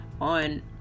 on